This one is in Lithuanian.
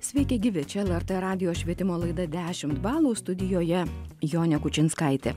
sveiki gyvi čia lrt radijo švietimo laida dešim balų studijoje jonė kučinskaitė